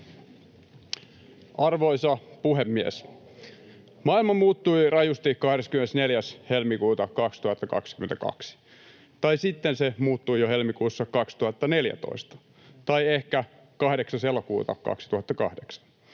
Arvoisa puhemies! Maailma muuttui rajusti 24.2.2022. Tai sitten se muuttui jo helmikuussa 2014, tai ehkä 8.